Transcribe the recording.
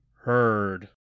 heard